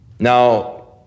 Now